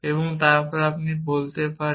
এবং তারপরে আপনি বলতে পারেন